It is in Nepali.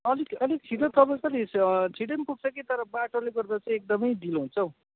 अलिक अलिक छिटो तपाईँ कति छिटो पनि पुग्छ कि तर बाटोले गर्दा चाहिँ एकदमै ढिलो हुन्छ हौ